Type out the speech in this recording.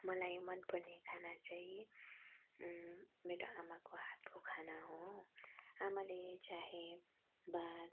मलाई मन पर्ने खाना चाहिँ मेरो आमाको हातको खाना हो आमाले चाहे भात